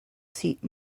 seat